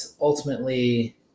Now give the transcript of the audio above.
ultimately